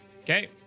Okay